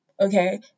okay